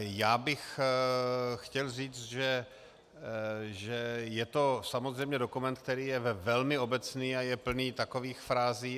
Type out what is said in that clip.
Já bych chtěl říct, že je to samozřejmě dokument, který je velmi obecný a je plný takových frází.